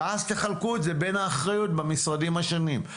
ואז תחלקו את זה בין האחריות במשרדים השונים.